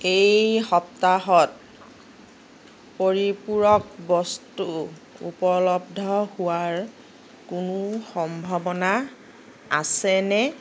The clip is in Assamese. এই সপ্তাহত পৰিপূৰক বস্তু উপলব্ধ হোৱাৰ কোনো সম্ভাৱনা আছেনে